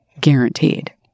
guaranteed